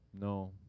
No